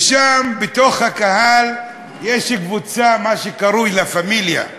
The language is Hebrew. ושם, בתוך הקהל, יש קבוצה, מה שקרוי "לה פמיליה".